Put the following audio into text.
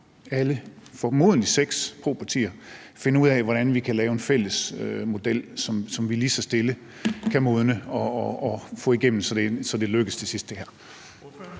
alle formodentlig seks propartier, finder ud af, hvordan vi kan lave en fælles model, som vi lige så stille kan modne og få igennem, så det her lykkes til sidst. Kl.